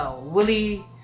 Willie